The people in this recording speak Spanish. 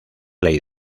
ley